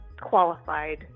qualified